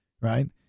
Right